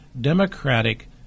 democratic